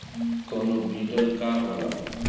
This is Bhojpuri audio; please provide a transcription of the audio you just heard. कोनो बिडर का होला?